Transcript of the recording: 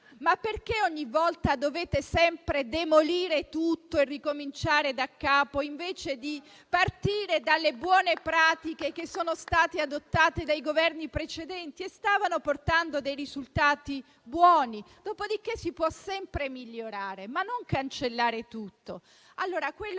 lì. Perché ogni volta dovete sempre demolire tutto e ricominciare daccapo, invece di partire dalle buone pratiche adottate dai Governi precedenti, che stavano portando buoni risultati? Dopodiché, si può sempre migliorare, ma non cancellare tutto. Scusate,